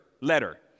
letter